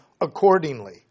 accordingly